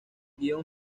guion